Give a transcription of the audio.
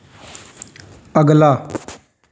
ਅਗਲਾ